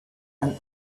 and